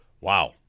Wow